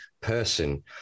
person